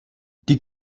die